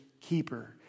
keeper